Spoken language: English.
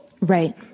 Right